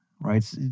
right